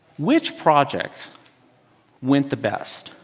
which projects went the best?